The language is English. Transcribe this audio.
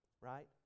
right